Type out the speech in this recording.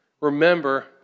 remember